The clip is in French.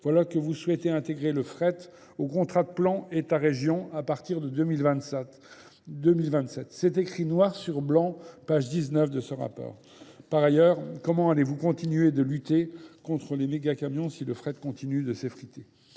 voilà que vous souhaitez intégrer le fret au contrat de plan État-Région à partir de 2027. C'est écrit noir sur blanc, page 19 de ce rapport. Par ailleurs, comment allez-vous continuer de lutter contre les mégacamiens si le fret continue de s'effriter ?